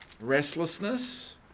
restlessness